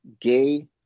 gay